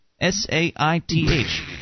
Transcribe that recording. S-A-I-T-H